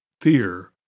Fear